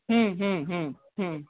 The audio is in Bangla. হুম হুম হুম হুম